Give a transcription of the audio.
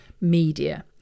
media